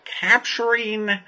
capturing